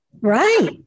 Right